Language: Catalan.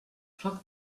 foc